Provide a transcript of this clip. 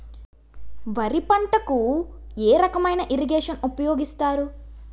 వరి పంటకు ఏ రకమైన ఇరగేషన్ ఉపయోగిస్తారు?